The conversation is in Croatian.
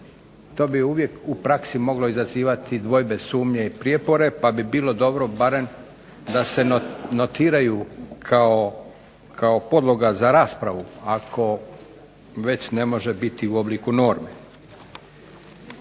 To bi uvijek u praksi moglo izazivati dvojbe, sumnje i prijepore pa bi bilo dobro barem da se notiraju kao podloga za raspravu ako već ne može biti u obliku norme.